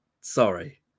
sorry